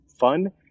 fun